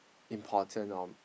important or